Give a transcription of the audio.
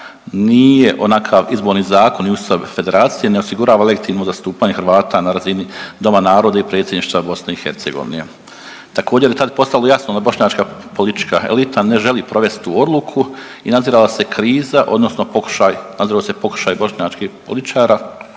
nije onakav izborni zakon i ustav federacije ne osigurava legitimno zastupanje Hrvata na radini Doma naroda i predsjedništva BiH. Također je tad postalo jasno da bošnjačka politička elita ne želi provesti tu odluku i nadzirala se kriza odnosno pokušaj, nadzirao